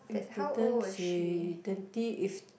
if that time she twenty if